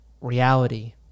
reality